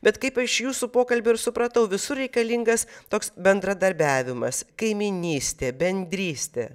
bet kaip iš jūsų pokalbio ir supratau visur reikalingas toks bendradarbiavimas kaimynystė bendrystė